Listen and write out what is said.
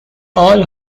all